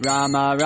Rama